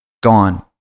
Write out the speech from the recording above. gone